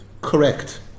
Correct